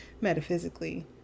metaphysically